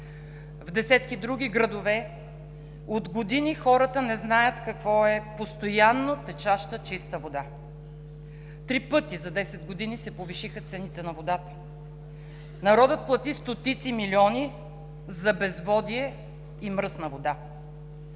В десетки други градове от години хората не знаят какво е постоянно течаща чиста вода. Три пъти за 10 години се повишиха цените на водата. Народът плати стотици милиони за безводие и мръсна вода.